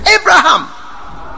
Abraham